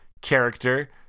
character